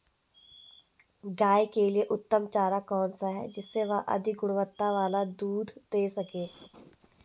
गाय के लिए उत्तम चारा कौन सा है जिससे वह अधिक गुणवत्ता वाला दूध दें सके?